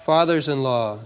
Fathers-in-law